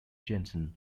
jensen